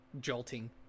jolting